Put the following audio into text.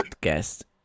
guest